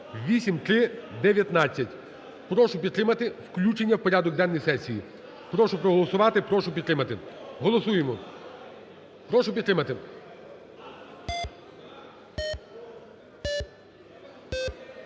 (8319). Прошу підтримати включення в порядок денний сесії. Прошу проголосувати і прошу підтримати. Голосуємо. Прошу підтримати.